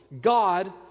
God